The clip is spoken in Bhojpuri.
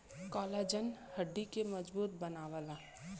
कॉलाजन हड्डी के मजबूत बनावला